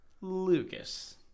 Lucas